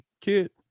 kid